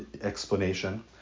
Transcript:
explanation